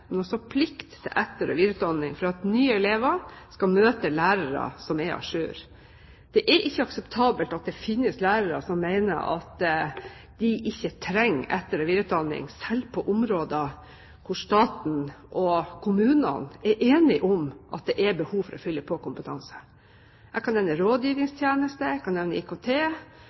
også plikt til etter- og videreutdanning for at nye elever skal møte lærere som er à jour. Det er ikke akseptabelt at det finnes lærere som mener at de ikke trenger etter- og videreutdanning, selv på områder hvor stat og kommune er enige om at det er behov for å fylle på kompetansen. Jeg kan nevne